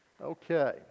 Okay